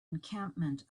encampment